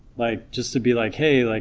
like just to be like hey, like